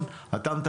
גם אחרי חמש שנים,